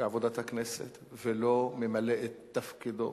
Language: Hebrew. בעבודת הכנסת ולא ממלא את תפקידו,